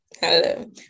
hello